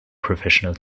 professional